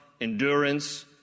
endurance